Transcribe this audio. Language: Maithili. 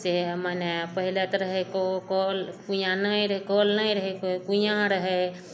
सेहे हँ मने पहिले तऽ रहै कऽ कल कुइयाँ नहि रहै कल नहि रहै से कुइयाँ रहै